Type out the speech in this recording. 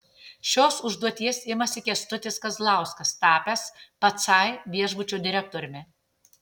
šios užduoties imasi kęstutis kazlauskas tapęs pacai viešbučio direktoriumi